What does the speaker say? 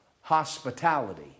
hospitality